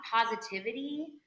positivity